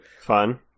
Fun